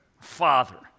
Father